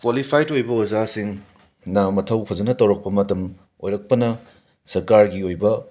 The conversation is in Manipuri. ꯀ꯭ꯋꯥꯂꯤꯐꯥꯏꯠ ꯑꯣꯏꯕ ꯑꯣꯖꯥꯁꯤꯡ ꯅ ꯃꯊꯧ ꯐꯖꯅ ꯇꯧꯕ ꯃꯇꯝ ꯑꯣꯏꯔꯛꯄꯅ ꯁꯔꯀꯥꯔꯒꯤ ꯑꯣꯏꯕ